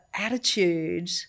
attitude